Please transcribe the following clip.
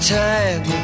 time